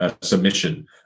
submission